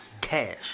Cash